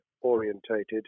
orientated